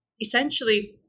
essentially